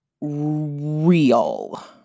Real